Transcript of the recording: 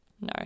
No